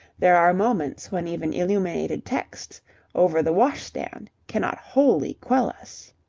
there are moments when even illuminated texts over the wash-stand cannot wholly quell us.